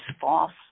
false